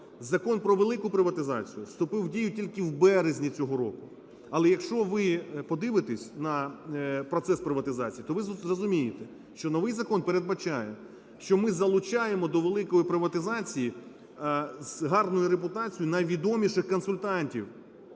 Закон про велику приватизацію вступив в дію тільки в березні цього року. Але якщо ви подивитесь на процес приватизації, то ви зрозумієте, що новий закон передбачає, що ми залучаємо до великої приватизації з гарною репутацію найвідоміших консультантів,